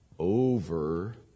over